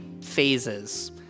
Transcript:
phases